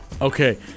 okay